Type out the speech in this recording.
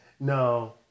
No